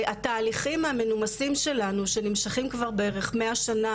שהתהליכים המנומסים שלנו שנמשכים כבר בערך 100 שנה